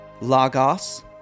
Lagos